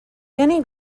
many